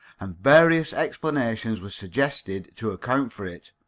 and various explanations were suggested to account for it.